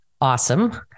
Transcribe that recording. awesome